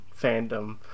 fandom